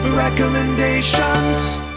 recommendations